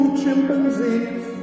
chimpanzees